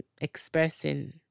expressing